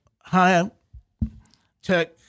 high-tech